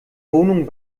wohnung